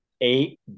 Eight